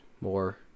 more